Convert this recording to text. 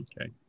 Okay